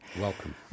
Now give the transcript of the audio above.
Welcome